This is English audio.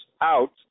out